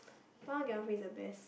buy one get one free is the best